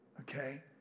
okay